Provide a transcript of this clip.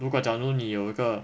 如果假如你有一个